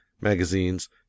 magazines